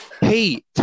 Hey